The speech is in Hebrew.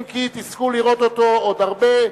אם כי תזכו לראות אותו עוד הרבה,